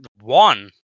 One